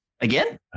again